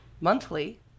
monthly